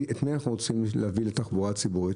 את מי אנחנו רוצים להביא לתחבורה הציבורית?